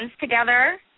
together